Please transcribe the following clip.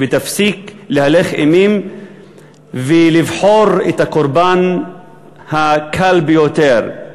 ותפסיק להלך אימים ולבחור את הקורבן הקל ביותר,